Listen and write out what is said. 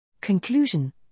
Conclusion